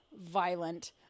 violent